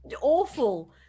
awful